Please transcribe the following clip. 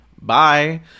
bye